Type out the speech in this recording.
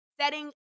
Setting